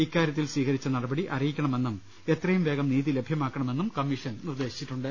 ഇക്കാര്യത്തിൽ സ്വീകരിച്ച നടപടി അറിയി ക്കണമെന്നും എത്രയും വേഗം നീതി ലഭ്യമാക്കണമെന്നും കമ്മീഷൻ നിർദ്ദേശിച്ചി ട്ടുണ്ട്